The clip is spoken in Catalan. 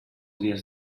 dies